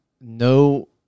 no